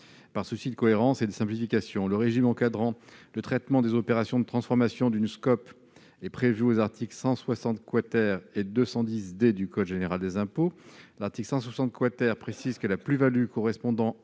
par souci de cohérence et de simplification. Le régime encadrant le traitement des opérations de transformation d'une SCOP est prévu aux articles 160 et 210 D du code général des impôts. L'article 160 précise que la plus-value correspondant